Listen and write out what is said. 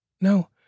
No